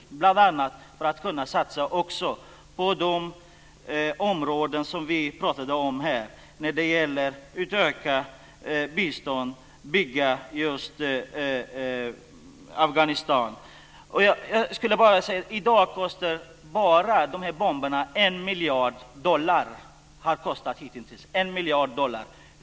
Bl.a. vill man kunna satsa också på de områden som vi pratade om när det gäller utökat bistånd och att bygga upp Afghanistan. I dag har bara de här bomberna kostat en miljard dollar.